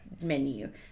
Menu